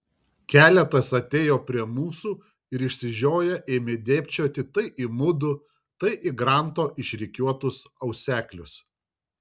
keletas atėjo prie mūsų ir išsižioję ėmė dėbčioti tai į mudu tai į granto išrikiuotus auseklius